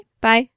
Bye